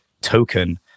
token